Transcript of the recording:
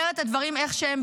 אומר את הדברים איך שהם,